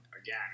again